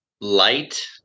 light